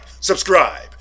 subscribe